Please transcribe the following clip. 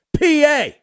PA